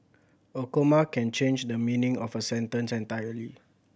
a comma can change the meaning of a sentence entirely